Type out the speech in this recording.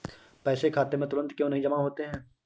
पैसे खाते में तुरंत क्यो नहीं जमा होते हैं?